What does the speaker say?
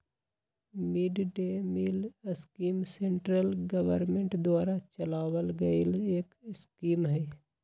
mid day meal scheme central government द्वारा चलावल गईल एक स्कीम हई